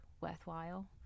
worthwhile